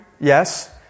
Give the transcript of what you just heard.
yes